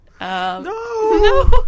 No